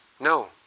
No